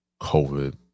COVID